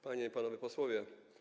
Panie i Panowie Posłowie!